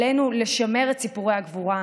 עלינו לשמר את סיפורי הגבורה,